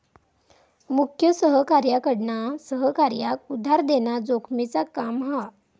मुख्य सहकार्याकडना सहकार्याक उधार देना जोखमेचा काम हा